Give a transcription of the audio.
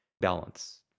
Balance